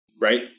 right